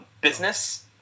business